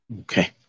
Okay